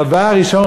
דבר ראשון,